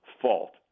fault